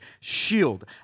shield